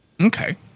Okay